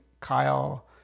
Kyle